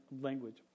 language